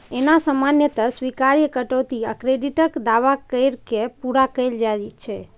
एना सामान्यतः स्वीकार्य कटौती आ क्रेडिटक दावा कैर के पूरा कैल जाइ छै